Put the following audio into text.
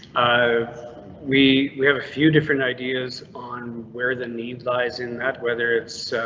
ah we we have a few different ideas on where the need lies in that whether it's so